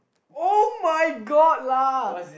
[oh]-my-God lah